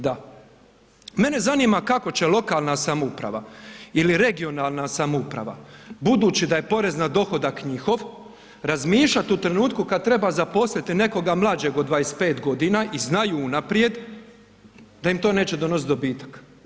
Da, mene zanima kako će lokalna samouprava ili regionalna samouprava budući da je porez na dohodak njihov razmišljati u trenutku kada treba zaposliti nekoga mlađeg od 25 godina i znaju unaprijed da im to neće donositi dobitak.